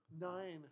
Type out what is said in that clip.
nine